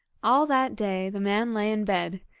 all that day the man lay in bed,